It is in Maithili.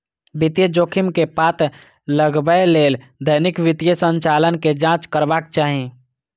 वित्तीय जोखिम के पता लगबै लेल दैनिक वित्तीय संचालन के जांच करबाक चाही